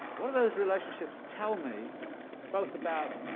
what do those relationships tell me both about